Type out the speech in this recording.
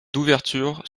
d’ouverture